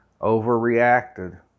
overreacted